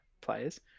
players